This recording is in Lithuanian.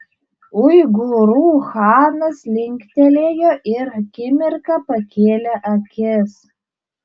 uigūrų chanas linktelėjo ir akimirką pakėlė akis